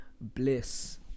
bliss